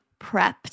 prepped